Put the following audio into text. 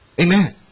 Amen